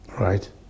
right